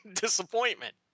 disappointment